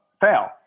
fail